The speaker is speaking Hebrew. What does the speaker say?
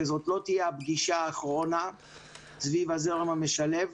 שזאת לא תהיה הפגישה האחרונה סביב הזרם המשלב.